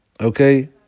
okay